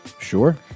Sure